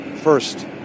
First